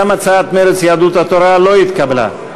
גם הצעת מרצ, יהדות התורה לא התקבלה.